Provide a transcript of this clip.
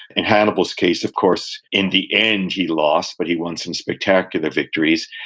in hannibal's case, of course, in the end he lost, but he won some spectacular victories.